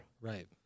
Right